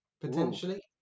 potentially